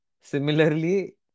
Similarly